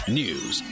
news